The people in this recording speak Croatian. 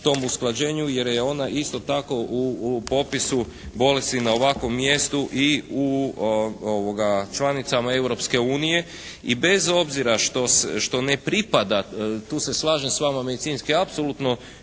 tom usklađenju jer je ona isto tako u popisu bolesti na ovakvom mjestu i u članicama Europske unije. I bez obzira što ne pripada, tu se slažem s vama medicinski apsolutno